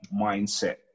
mindset